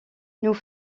nous